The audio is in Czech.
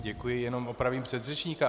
Děkuji, jenom opravím předřečníka.